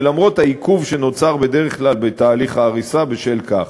ולמרות העיכוב שנוצר בדרך כלל בתהליך ההריסה בשל כך.